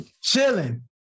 chilling